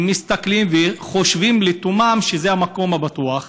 הם מסתכלים וחושבים לתומם שזה המקום הבטוח.